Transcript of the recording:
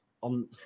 on